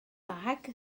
bag